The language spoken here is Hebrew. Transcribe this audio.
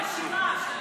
לשמוע.